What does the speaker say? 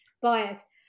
bias